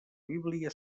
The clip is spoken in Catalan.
bíblia